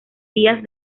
vías